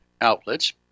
outlets